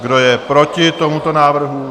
Kdo je proti tomuto návrhu?